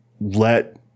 let